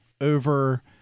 over